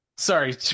Sorry